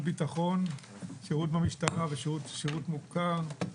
ביטחון (שירות במשטרה ושירות מוכר).